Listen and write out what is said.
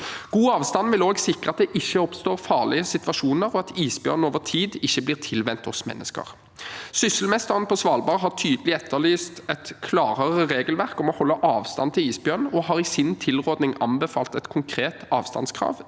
God avstand vil også sikre at det ikke oppstår farlig situasjoner, og at isbjør nen over tid ikke blir tilvent oss mennesker. Sysselmesteren på Svalbard har etterlyst et tydeligere regelverk om å holde avstand til isbjørn, og har i sin tilråding anbefalt et konkret avstandskrav